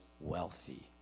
wealthy